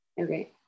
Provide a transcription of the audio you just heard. Okay